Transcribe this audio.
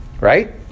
Right